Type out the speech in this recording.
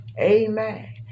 Amen